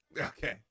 Okay